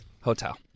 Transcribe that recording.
hotel